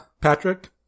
Patrick